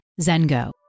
Zengo